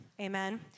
Amen